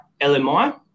LMI